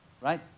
Right